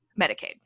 Medicaid